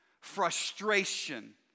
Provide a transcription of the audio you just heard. frustration